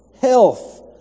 Health